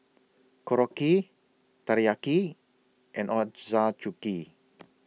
Korokke Teriyaki and Ochazuke